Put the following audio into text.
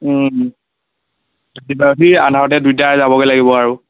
আধাৰতে দুইটা যাবগৈ লাগিব আৰু